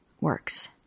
works